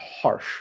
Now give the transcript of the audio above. harsh